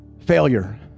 failure